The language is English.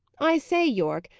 i say, yorke,